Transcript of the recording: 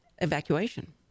evacuation